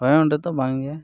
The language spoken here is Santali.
ᱦᱳᱭ ᱚᱸᱰᱮ ᱫᱚ ᱵᱟᱝᱜᱮ